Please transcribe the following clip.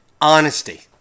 Honesty